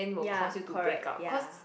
ya correct ya